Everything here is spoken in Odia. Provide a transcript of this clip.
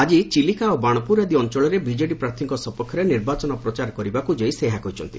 ଆକି ଚିଲିକା ଓ ବାଣପୁର ଆଦି ଅଞ୍ଚଳରେ ବିଜେଡି ପ୍ରାର୍ଥୀଙ୍କ ସପକ୍ଷରେ ନିର୍ବାଚନ ପ୍ରଚାର କରିବାକୁ ଯାଇ ସେ ଏହା କହିଛନ୍ତି